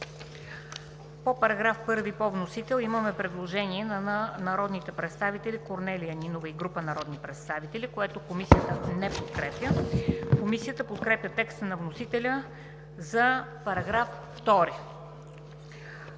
По § 1 по вносител има предложение на народния представител Корнелия Нинова и група народни представители, което Комисията не подкрепя. Комисията подкрепя текста на вносителя за § 1.